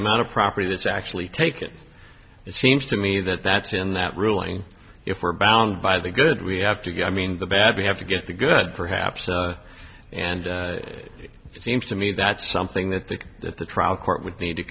amount of property that's actually taken it seems to me that that's in that ruling if we're bound by the good we have to go i mean the bad we have to get the good perhaps and it seems to me that's something that the that the trial court would need to